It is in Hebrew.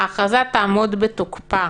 נאמר: "ההכרזה תעמוד בתוקפה